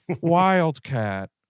Wildcat